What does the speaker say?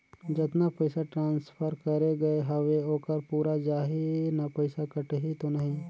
जतना पइसा ट्रांसफर करे गये हवे ओकर पूरा जाही न पइसा कटही तो नहीं?